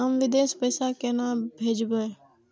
हम विदेश पैसा केना भेजबे?